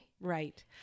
Right